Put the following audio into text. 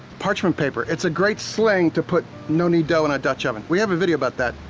parchment paper, it's a great sling to put no-knead dough in a dutch oven. we have a video about that,